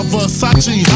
Versace